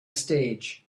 stage